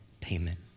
payment